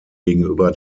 gegenüber